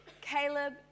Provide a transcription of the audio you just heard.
Caleb